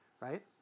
right